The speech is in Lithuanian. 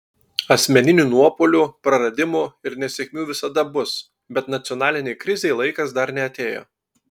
asmeninių nuopuolių praradimų ir nesėkmių visada bus bet nacionalinei krizei laikas dar neatėjo